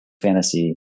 fantasy